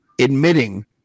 admitting